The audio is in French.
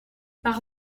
par